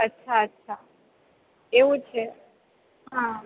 અચ્છા અચ્છા એવું છે હં